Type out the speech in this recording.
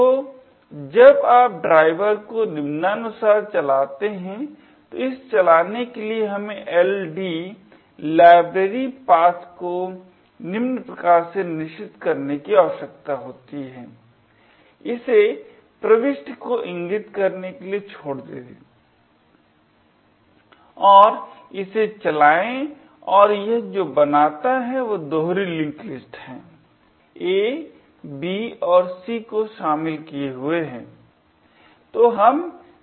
तो जब आप ड्राइवर को निम्नानुसार चलाते हैं तो इसे चलाने के लिए हमें LD library path को निम्न प्रकार से निश्चित करने की आवश्यकता होती है इसे प्रविष्टि को इंगित करने के लिए छोड़ दें और इसे चलाएं और यह जो बनाता है वह दोहरी लिंक लिस्ट है A B और C को शामिल किये हुए है